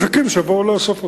מחכים שיבואו לאסוף אותם.